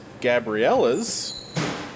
Gabriella's